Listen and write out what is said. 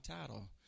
title